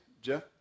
Jeff